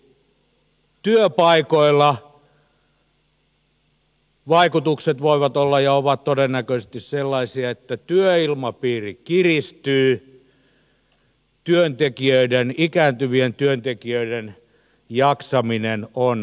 esimerkiksi työpaikoilla vaikutukset voivat olla ja ovat todennäköisesti sellaisia että työilmapiiri kiristyy työntekijöiden ikääntyvien työntekijöiden jaksaminen on koetuksella